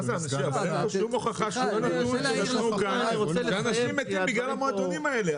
אין פה שום הוכחה שאנשים מתים בגלל המועדונים האלה.